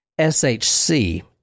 SHC